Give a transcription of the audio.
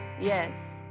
yes